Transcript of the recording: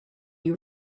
you